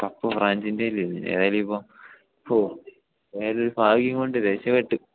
cup ഫ്രാൻസിന്റെ കയ്യിലിരുന്നേനെ ഏതായാലുമിപ്പോള് ഹോ എതായാലും ഭാഗ്യം കൊണ്ട് രക്ഷപെട്ടു